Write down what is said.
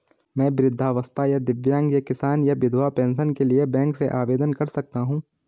मैं वृद्धावस्था या दिव्यांग या किसान या विधवा पेंशन के लिए बैंक से आवेदन कर सकता हूँ?